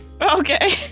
Okay